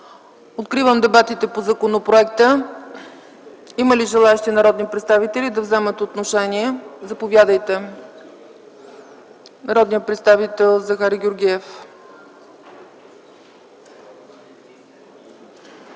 Откривам дебатите по законопроекта. Има ли желаещи народни представители да вземат отношение? Има думата народният представител Захари Георгиев.